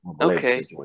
Okay